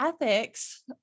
ethics